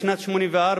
בשנת 1984,